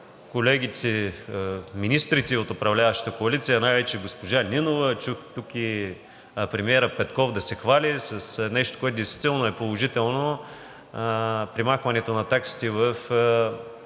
Колегите, министрите от управляващата коалиция, най-вече госпожа Нинова, чух тук и премиерът Петков да се хвали с нещо, което действително е положително – премахването на таксите в